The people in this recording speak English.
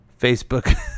Facebook